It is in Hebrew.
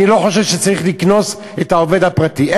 אני לא חושב שצריך לקנוס את העובד הפרטי,